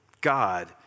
God